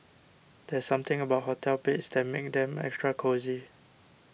there's something about hotel beds that makes them extra cosy